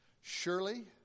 Surely